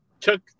took